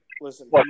listen